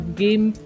game